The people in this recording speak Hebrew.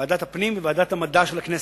ועדת הפנים וועדת המדע של הכנסת.